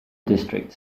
district